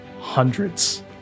hundreds